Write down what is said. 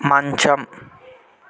మంచం